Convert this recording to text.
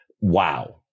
wow